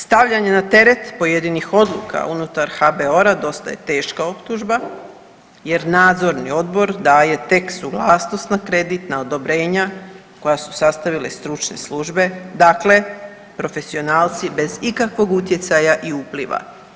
Stavljanje na teret pojedinih odluka unutar HBOR-a dosta je teška optužba jer nadzorni odbor daje tek suglasnost na kreditna odobrenja koje su sastavile stručne službe, dakle profesionalci bez ikakvog utjecaja i upliva.